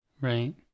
Right